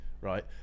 Right